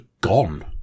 gone